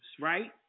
right